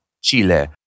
chile